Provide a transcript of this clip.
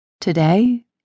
Today